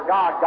God